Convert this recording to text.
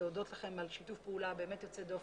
אני רוצה להודות לכם על שיתוף פעולה באמת יוצא דופן,